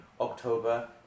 October